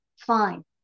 fine